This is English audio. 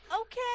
Okay